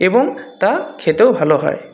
এবং তা খেতেও ভালো হয়